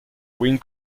wing